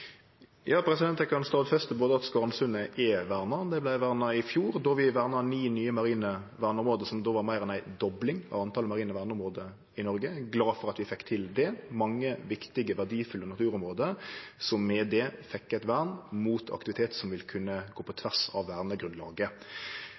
fjor, då vi verna ni nye marine verneområde, som då var meir enn ei dobling av talet på marine verneområde i Noreg. Eg er glad for at vi fekk til det. Det var mange viktige, verdifulle naturområde som med det fekk eit vern mot aktivitet som vil kunne gå på